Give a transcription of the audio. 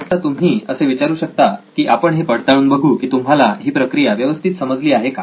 आता तुम्ही असे विचारू शकता की आपण हे पडताळून बघू की तुम्हाला ही प्रक्रिया व्यवस्थित समजली आहे का